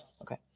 okay